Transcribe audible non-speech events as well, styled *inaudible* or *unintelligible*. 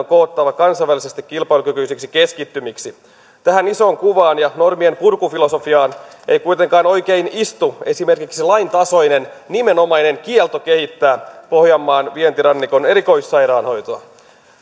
*unintelligible* koottava kansainvälisesti kilpailukykyisiksi keskittymiksi tähän isoon kuvaan ja normienpurkufilosofiaan ei kuitenkaan oikein istu esimerkiksi laintasoinen nimenomainen kielto kehittää pohjanmaan vientirannikon erikoissairaanhoitoa